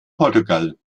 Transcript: portugal